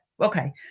okay